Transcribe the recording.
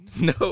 No